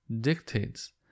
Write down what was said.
dictates